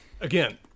Again